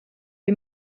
les